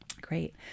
Great